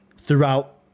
throughout